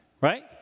right